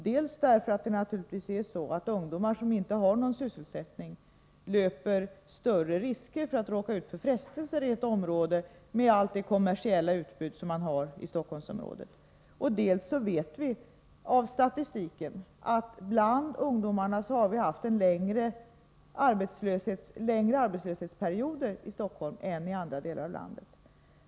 Dels är det naturligtvis så att ungdomar som inte har någon sysselsättning löper större risker att råka ut för frestelser i ett område med det kommersiella utbud som finns i Stockholmsområdet, dels vet vi av statistiken att ungdomarna har längre arbetslöshetsperioder i Stockholmsområdet än i andra delar av landet.